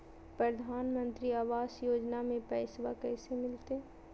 प्रधानमंत्री आवास योजना में पैसबा कैसे मिलते?